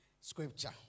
scripture